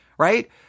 Right